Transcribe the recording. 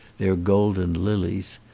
their golden lilies,